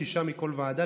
שישה מכל ועדה,